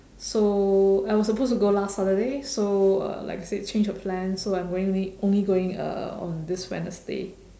so I was supposed to go last saturday so uh like I said change of plans so I'm going la~ only going uh on this wednesday